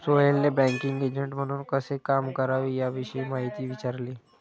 सोहेलने banking agent म्हणून कसे काम करावे याविषयी माहिती विचारली